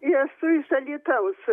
esu iš alytaus